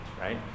right